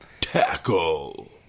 Tackle